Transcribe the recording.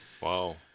Wow